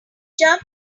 jump